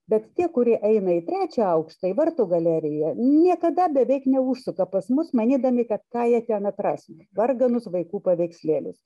bet tie kurie eina į trečią aukštą į vartų galeriją niekada beveik neužsuka pas mus manydami kad ką jie ten atras varganus vaikų paveikslėlius